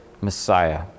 Messiah